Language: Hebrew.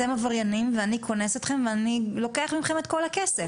אתם עבריינים ואני קונס אתכם ואני לוקח ממכם את כל הכסף'.